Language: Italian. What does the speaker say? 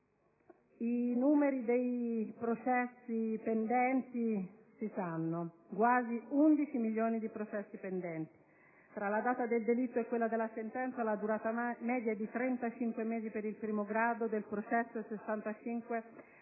Il totale dei processi pendenti è noto: sono quasi 11 milioni i processi pendenti. Tra la data del delitto e quella della sentenza la durata media è di 35 mesi per il primo grado del processo e